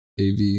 AV